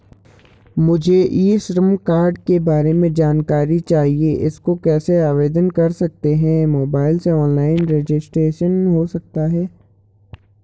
मुझे e Shram card के बारे में जानकारी चाहिए इसको कैसे आवेदन कर सकते हैं मोबाइल से ऑनलाइन रजिस्ट्रेशन हो सकता है?